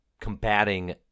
combating